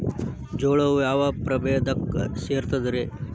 ಜೋಳವು ಯಾವ ಪ್ರಭೇದಕ್ಕ ಸೇರ್ತದ ರೇ?